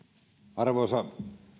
arvoisa